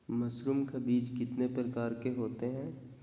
Mushroom का बीज कितने प्रकार के होते है?